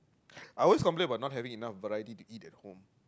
I always complaint about not having enough but I did did eat at home